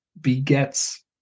begets